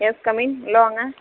S come in உள்ளே வாங்க